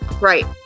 Right